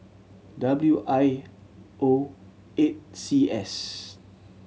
W I O eight C S